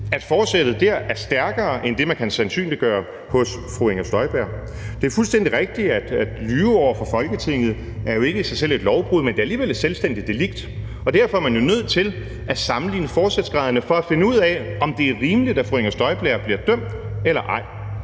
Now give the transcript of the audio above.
at forsættet dér er større end det, som man kan sandsynliggøre hos fru Inger Støjberg. Det er fuldstændig rigtigt, at det at lyve over for Folketinget jo ikke i sig selv er et lovbrud, men det er alligevel et selvstændigt delikt, og derfor er man jo nødt til at sammenligne forsætsgraderne for at finde ud af, om det er rimeligt, at fru Inger Støjberg bliver dømt eller ej.